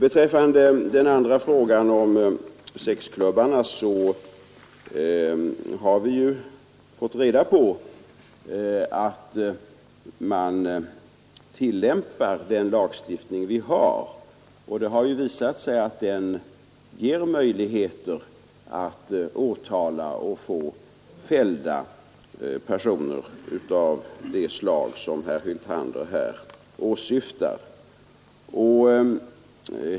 Beträffande sexklubbarna har vi ju fått reda på att man tillämpat den lagstiftning som finns, och det har visat sig att den ger möjligheter att åtala och få personer fällda av det slag som herr Hyltander här åsyftar.